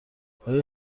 آیا